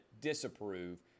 disapprove